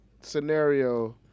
scenario